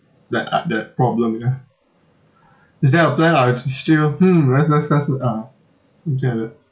like uh the problem ya is there a plan or you just still hmm uh something like that